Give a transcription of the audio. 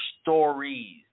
Stories